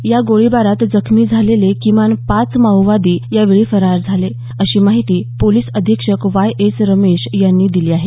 या गोळीबारात जखमी झालेले किमान पाच माओवादी यावेळी फरार झाले अशी माहिती पोलिस अधीक्षक वाय एस रमेश यांनी दिली आहे